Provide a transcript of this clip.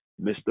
Mr